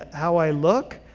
how i look,